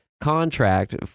contract